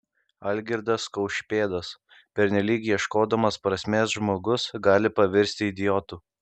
algirdas kaušpėdas pernelyg ieškodamas prasmės žmogus gali pavirsti idiotu